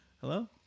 hello